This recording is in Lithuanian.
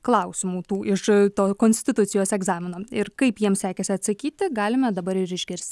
klausimų tų iš to konstitucijos egzamino ir kaip jiems sekėsi atsakyti galime dabar ir išgirsti